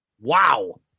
Wow